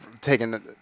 taken